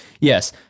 Yes